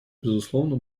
безусловно